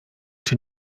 czy